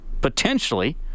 potentially